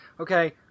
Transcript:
okay